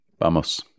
Vamos